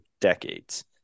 decades